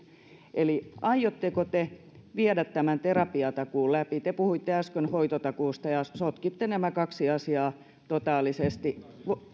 eli aiotteko te viedä tämän terapiatakuun läpi te puhuitte äsken hoitotakuusta ja sotkitte nämä kaksi asiaa totaalisesti